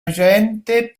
agente